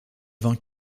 vent